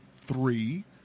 three